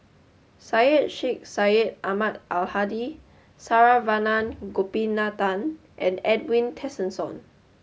Syed Sheikh Syed Ahmad Al Hadi Saravanan Gopinathan and Edwin Tessensohn